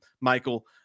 Michael